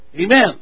Amen